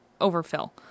overfill